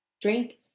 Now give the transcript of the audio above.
drink